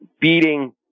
beating